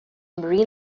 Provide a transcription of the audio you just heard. marine